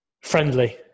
Friendly